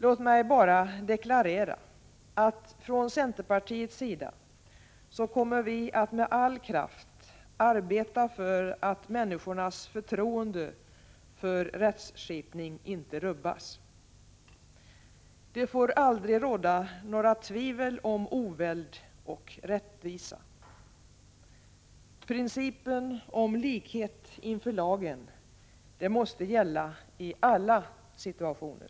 Låt mig bara deklarera att från centerpartiets sida kommer vi att med all kraft arbeta för att människornas förtroende för rättskipningen inte rubbas. Det får aldrig råda några tvivel om oväld och rättvisa. Principen om likhet inför lagen måste gälla i alla situationer.